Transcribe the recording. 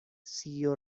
siguió